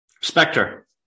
Spectre